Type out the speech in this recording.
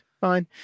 Fine